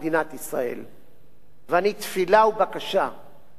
אני תפילה ובקשה שהכנסת הזו